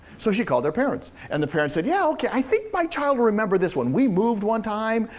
so she called their parents, and the parents said yeah, okay, i think my child will remember this one. we've moved one time,